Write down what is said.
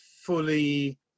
fully